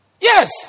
Yes